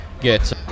get